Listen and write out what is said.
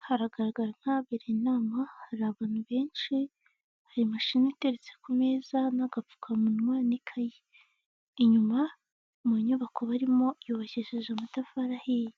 Haragaragara nk'ahabereye inama. Hari abantu benshi, hari imashini iteretse ku meza n'agapfukamunwa, n'ikayi. Inyuma mu nyubako barimo, yubakishije amatafari ahiye.